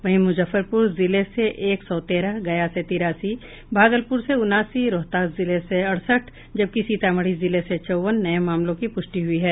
वहीं मुजफ्फरपुर जिले से एक सौ तेरह गया से तिरासी भागलपुर से उनासी रोहतास जिले से अड़सठ जबकि सीतामढी जिले से चौवन नये मामलों की पुष्टि हुई है